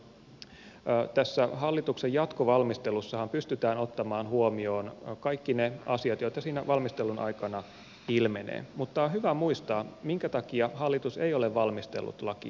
no tosiaan tässä hallituksen jatkovalmistelussahan pystytään ottamaan huomioon kaikki ne asiat joita siinä valmistelun aikana ilmenee mutta on hyvä muistaa minkä takia hallitus ei ole valmistellut lakia